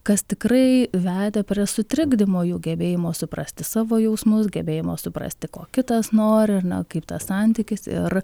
kas tikrai veda prie sutrikdymo jų gebėjimo suprasti savo jausmus gebėjimo suprasti ko kitas nori ar na kaip tas santykis ir